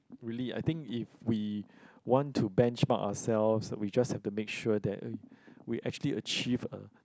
really I think if we want to benchmark ourselves we just have to make sure that we actually achieve a